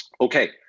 okay